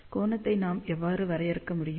கோணத்தை நாம் எவ்வாறு வரையறுக்க முடியும்